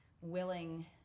Willing